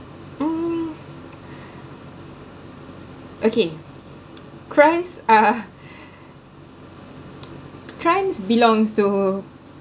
um okay crimes are crimes belongs to